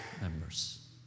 members